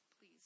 Please